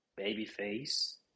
Babyface